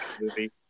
movie